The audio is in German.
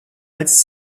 als